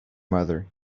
mother